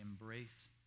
embrace